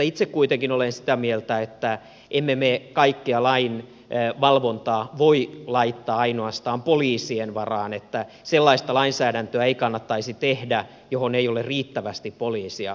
itse kuitenkin olen sitä mieltä että emme me kaikkea lain valvontaa voi laittaa ainoastaan poliisien varaan niin ettei sellaista lainsäädäntöä kannattaisi tehdä johon ei ole riittävästi poliiseja valvojiksi